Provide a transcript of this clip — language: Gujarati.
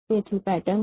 તેથી પેટર્નથી